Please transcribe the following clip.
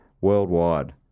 worldwide